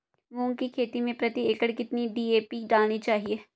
मूंग की खेती में प्रति एकड़ कितनी डी.ए.पी डालनी चाहिए?